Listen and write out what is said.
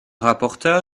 rapporteur